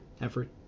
effort